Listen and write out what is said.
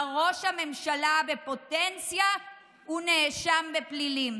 ראש הממשלה בפוטנציה הוא נאשם בפלילים.